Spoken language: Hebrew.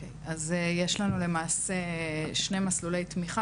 אוקי אז יש לנו למעשה שני מסלולי תמיכה